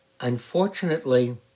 Unfortunately